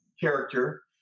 character